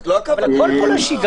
אבל הכול פה לא שגרתי.